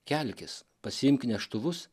kelkis pasiimk neštuvus